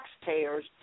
taxpayers